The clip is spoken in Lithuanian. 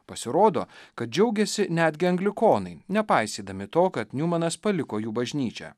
pasirodo kad džiaugiasi netgi anglikonai nepaisydami to kad niumanas paliko jų bažnyčią